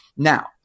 Now